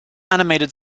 animated